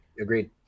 Agreed